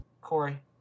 Corey